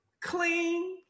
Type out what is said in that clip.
clean